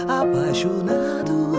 apaixonado